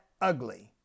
ugly